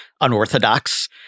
unorthodox